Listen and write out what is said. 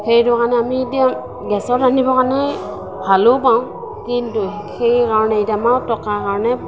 সেইটো কাৰণে আমি এতিয়া গেছত ৰান্ধিবৰ কাৰণে ভালো পাওঁ কিন্তু সেইকাৰণে এতিয়া আমাক টকাৰ কাৰণে